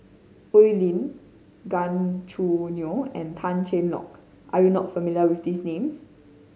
Oi Lin Gan Choo Neo and Tan Cheng Lock are you not familiar with these names